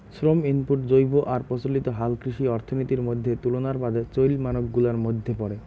শ্রম ইনপুট জৈব আর প্রচলিত হালকৃষি অর্থনীতির মইধ্যে তুলনার বাদে চইল মানক গুলার মইধ্যে পরে